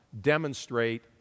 demonstrate